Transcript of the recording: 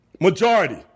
majority